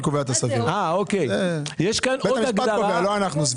בית המשפט קובע סבירות, לא אנחנו.